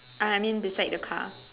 I mean beside the car